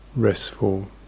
restful